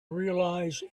realize